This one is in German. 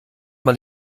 mal